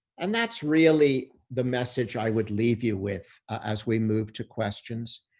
and that's really the message i would leave you with. as we move to questions,